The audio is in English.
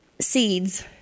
seeds